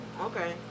okay